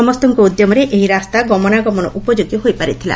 ସମସ୍ତଙ୍କ ଉଦ୍ୟମରେ ଏହି ରାସ୍ତା ଗମନାଗମନ ଉପଯୋଗୀ ହୋଇପାରିଥିଲା